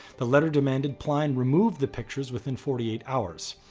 the letter demanded plein remove the pictures within forty eight hours.